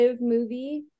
movie